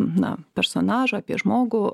na personažą apie žmogų